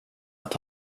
att